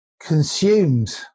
consumed